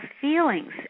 feelings